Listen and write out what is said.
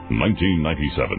1997